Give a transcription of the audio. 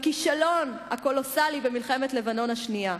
בכישלון הקולוסלי במלחמת לבנון השנייה,